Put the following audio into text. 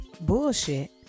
bullshit